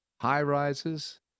high-rises